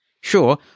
Sure